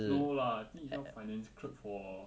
no lah I think he some finance clerk for